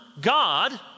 God